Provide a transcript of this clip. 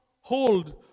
hold